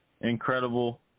incredible